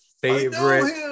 favorite